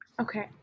Okay